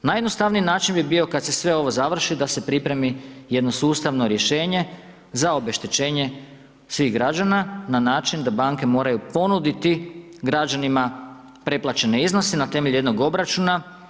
Najjednostavniji način bi bio kad se sve ovo završi da se pripremi jedno sustavno rješenje za obeštećenje svih građana na način da banke moraju ponuditi građanima preplaćene iznose na temelju jednog obračuna.